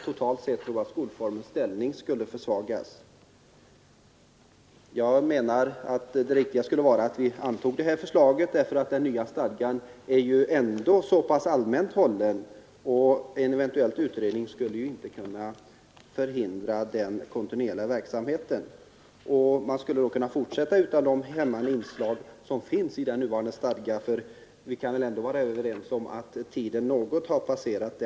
Totalt tror jag att skolformens ställning skulle försvagas. Jag menar att det riktiga skulle vara att vi antog detta förslag, eftersom den nya stadgan ändå är så pass allmänt hållen, och en eventuell utredning skulle inte kunna förhindra den kontinuerliga verksamheten. Man skulle då kunna fortsätta utan de hämmande inslag som finns i den nuvarande stadgan. Vi kan väl ändå vara överens om att den är något efter sin tid.